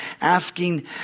asking